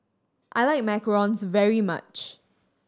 I like macarons very much